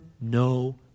no